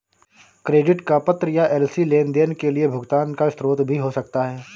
credit का पत्र या एल.सी लेनदेन के लिए भुगतान का स्रोत भी हो सकता है